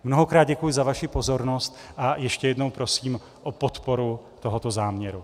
Mnohokrát děkuji za vaši pozornost a ještě jednou prosím o podporu tohoto záměru.